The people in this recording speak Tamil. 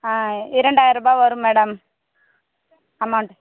இரண்டாயரரூபா வரும் மேடம் அமௌண்ட்